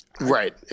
right